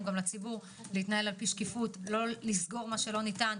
לציבור להתנהל בשקיפות ולא לסגור מה שניתן.